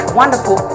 wonderful